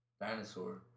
dinosaur